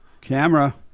Camera